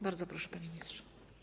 Bardzo proszę, panie ministrze.